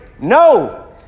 No